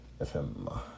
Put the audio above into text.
FM